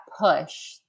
push